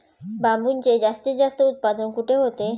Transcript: बांबूचे जास्तीत जास्त उत्पादन कुठे होते?